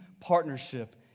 partnership